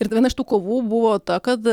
ir viena iš tų kovų buvo ta kad